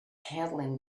handling